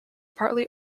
partly